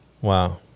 Wow